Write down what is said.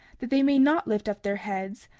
that they may not lift up their heads,